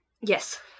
Yes